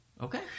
Okay